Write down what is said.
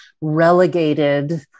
relegated